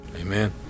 Amen